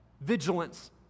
vigilance